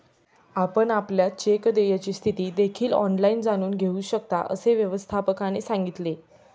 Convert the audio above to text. आपण आपल्या चेक देयची स्थिती देखील ऑनलाइन जाणून घेऊ शकता, असे व्यवस्थापकाने सांगितले